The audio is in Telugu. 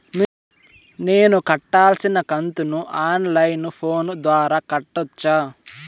నేను కట్టాల్సిన కంతును ఆన్ లైను ఫోను ద్వారా కట్టొచ్చా?